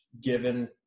given